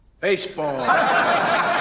Baseball